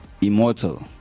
immortal